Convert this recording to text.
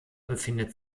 befindet